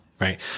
right